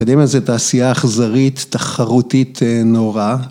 יודעים איזה, תעשייה אכזרית, ‫תחרותית נורא.